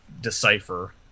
decipher